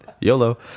YOLO